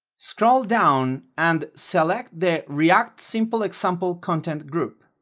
scroll down and select the react simple example content group,